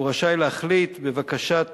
הוא רשאי להחליט בבקשת